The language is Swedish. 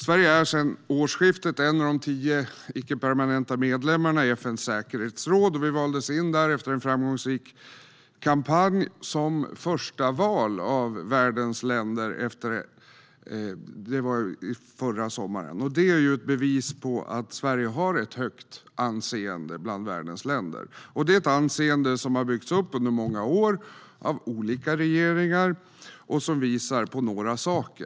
Sverige är sedan årsskiftet en av de tio icke-permanenta medlemmarna i FN:s säkerhetsråd. Vi valdes förra sommaren in där som förstaval av världens länder efter en framgångsrik kampanj. Det är ett bevis på att Sverige har ett högt anseende bland världens länder. Detta är ett anseende som har byggts upp under många år, av olika regeringar, och som visar på några saker.